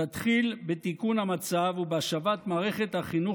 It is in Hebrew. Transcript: תתחיל בתיקון המצב ובהשבת מערכת החינוך